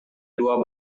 dua